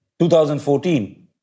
2014